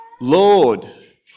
Lord